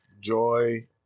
joy